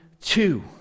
two